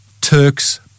Turks